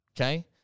okay